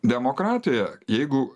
demokratija jeigu